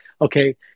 Okay